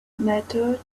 mattered